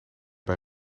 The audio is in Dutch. bij